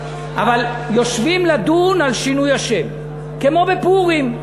אבל יושבים לדון על שינוי השם כמו בפורים.